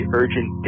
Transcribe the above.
urgent